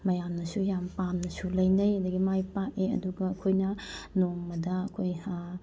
ꯃꯌꯥꯝꯅꯁꯨ ꯌꯥꯝ ꯄꯥꯝꯅꯁꯨ ꯂꯩꯅꯩ ꯑꯗꯒꯤ ꯃꯥꯏ ꯄꯥꯛꯑꯦ ꯑꯗꯨꯒ ꯑꯩꯈꯣꯏꯅ ꯅꯣꯡꯃꯗ ꯑꯩꯈꯣꯏ